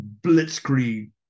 blitzkrieg